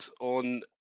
on